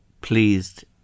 pleased